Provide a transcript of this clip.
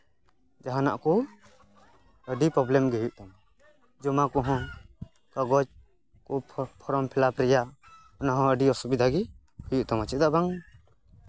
ᱡᱟᱦᱟᱱᱟᱜ ᱠᱚ ᱟᱹᱰᱤ ᱯᱨᱚᱵᱽᱞᱮᱢ ᱜᱮ ᱦᱩᱭᱩᱜ ᱛᱟᱢᱟ ᱡᱚᱢᱟ ᱠᱚᱦᱚᱸ ᱠᱟᱜᱚᱡᱽ ᱠᱚ ᱯᱷᱨᱚᱢ ᱯᱷᱤᱞᱟᱯ ᱨᱮᱭᱟᱜ ᱚᱱᱟᱦᱚᱸ ᱟᱹᱰᱤ ᱚᱥᱩᱵᱤᱫᱷᱟᱜᱮ ᱦᱩᱭᱩᱜ ᱛᱟᱢᱟ ᱪᱮᱫᱟᱜ ᱵᱟᱝ